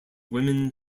women